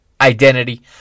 identity